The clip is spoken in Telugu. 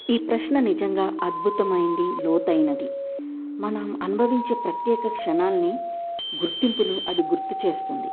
ఈ ప్రశ్న నిజంగా అద్భుతమైంది లోతైనది మనం అనుభవించే ప్రత్యేక క్షణాలని గుర్తింపును అది గుర్తు చేస్తుంది